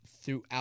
throughout